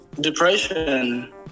Depression